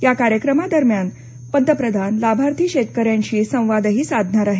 या कार्यक्रमादरम्यान पंतप्रधान लाभार्थी शेतकऱ्यांशी संवादही साधणार आहेत